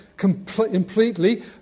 completely